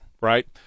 right